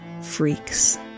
Freaks